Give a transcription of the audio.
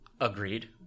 Agreed